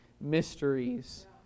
mysteries